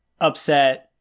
upset